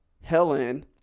Helen